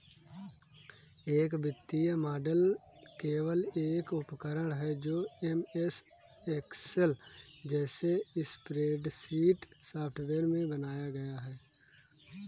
एक वित्तीय मॉडल केवल एक उपकरण है जो एमएस एक्सेल जैसे स्प्रेडशीट सॉफ़्टवेयर में बनाया गया है